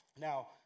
Now